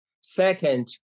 second